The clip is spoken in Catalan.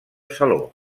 saló